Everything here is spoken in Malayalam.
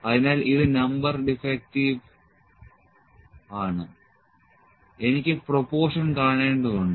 അതിനാൽ ഇത് നമ്പർ ഡിഫെക്റ്റീവ് ആണ് എനിക്ക് പ്രൊപോർഷൻ കാണേണ്ടതുണ്ട്